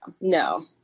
No